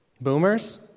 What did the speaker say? Boomers